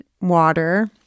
water